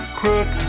crook